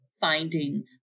finding